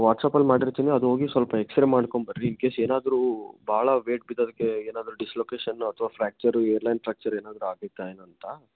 ವಾಟ್ಸಾಪಲ್ಲಿ ಮಾಡಿರ್ತೀನಿ ಅದು ಹೋಗಿ ಸ್ವಲ್ಪ ಎಕ್ಸ್ ರೇ ಮಾಡ್ಕೊಂಡ್ಬರ್ರಿ ಇನ್ ಕೇಸ್ ಏನಾದರೂ ಭಾಳ ವೆಯ್ಟ್ ಬಿದ್ದು ಅದಕ್ಕೆ ಏನಾದರೂ ಡಿಸ್ಲೊಕೇಷನ್ನು ಅಥ್ವಾ ಫ್ರಾಕ್ಚರು ಏರ್ಲೈನ್ ಫ್ರಾಕ್ಚರು ಏನಾದರೂ ಆಗಿತ್ತು ಏನು ಅಂತ